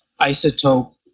isotope